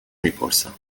میپرسم